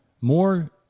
more